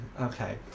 Okay